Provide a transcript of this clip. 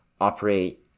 operate